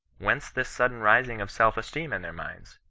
whence this sudden rising of self-esteem in their minds?